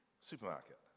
supermarket